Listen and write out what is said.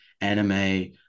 anime